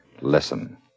listen